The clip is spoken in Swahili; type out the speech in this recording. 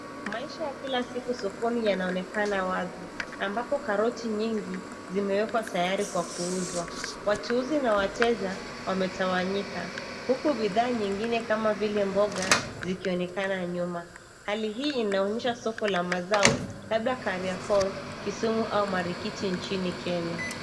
Maisha ya kila siku sokoni yanaonekana wazi ambapo karoti nyingi zimewekwa tayari kwa kuuzwa. Wachuuzi na wateja wametawanyika huku bidhaa nyingine kama vile mboga zikionekana nyuma. Hali hii inaonyesha soko la mazao labda kariokor, kisumu au marikiti nchini Kenya.